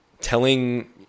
telling